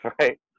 right